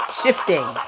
shifting